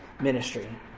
ministry